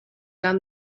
down